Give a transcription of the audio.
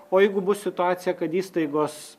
o jeigu bus situacija kad įstaigos